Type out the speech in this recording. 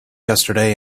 yesterday